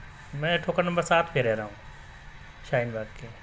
میں ٹھوکر نمبر سات پہ رہ رہا ہوں شاہین باغ کے